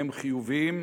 שמהם חיוביים